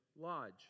lodge